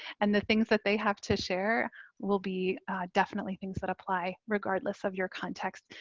and the things that they have to share will be definitely things that apply regardless of your context.